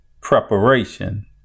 preparation